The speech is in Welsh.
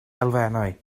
elfennau